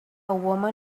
woman